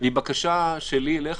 שלי היא כזאת והיא אליך,